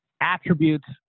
attributes